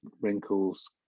wrinkles